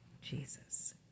Jesus